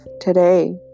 today